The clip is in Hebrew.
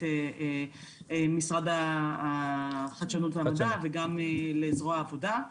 משרד החדשנות והמדע וגם לזרוע העבודה,